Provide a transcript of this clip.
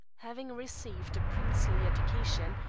having received a princely education,